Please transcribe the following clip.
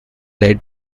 late